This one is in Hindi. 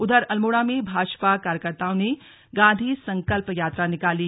उधर अल्मोड़ा में भाजपा कार्यकर्ताओं ने गांधी संकल्प यात्रा निकाली